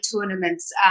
tournaments